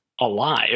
alive